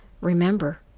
Remember